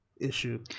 issue